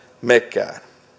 mekin